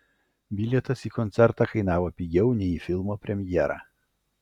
bilietas į koncertą kainavo pigiau nei į filmo premjerą